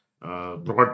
Broad